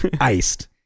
Iced